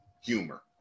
humor